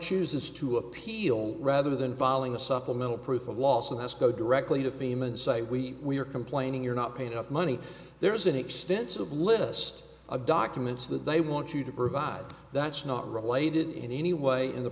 chooses to appeal rather than filing a supplemental proof of loss and has go directly to fema and say we we are complaining you're not paid enough money there is an extensive list of documents that they want you to provide that's not related in any way in the